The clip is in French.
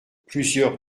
plusieurs